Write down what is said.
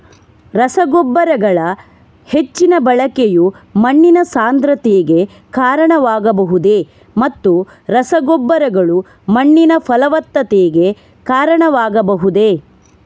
ರಸಗೊಬ್ಬರಗಳ ಹೆಚ್ಚಿನ ಬಳಕೆಯು ಮಣ್ಣಿನ ಸಾಂದ್ರತೆಗೆ ಕಾರಣವಾಗಬಹುದೇ ಮತ್ತು ರಸಗೊಬ್ಬರಗಳು ಮಣ್ಣಿನ ಫಲವತ್ತತೆಗೆ ಕಾರಣವಾಗಬಹುದೇ?